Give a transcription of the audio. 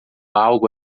algo